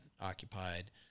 occupied